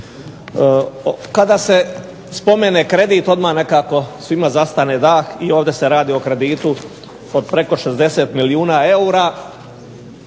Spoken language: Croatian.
Kada se spomene kredit odmah nekako svima zastane dah i ovdje se radi o kreditu od preko 60 milijuna eura,